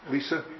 Lisa